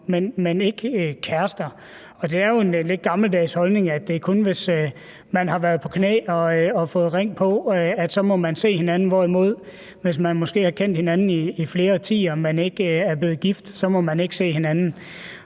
men ikke kærester. Det er jo en lidt gammeldags holdning, at det kun er, hvis man har været nede på knæ og fået ring på, man må se hinanden, hvorimod man, hvis man måske kendt hinanden i flere årtier, men ikke er blevet gift, så ikke må se hinanden.